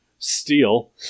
Steel